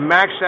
Max